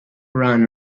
ran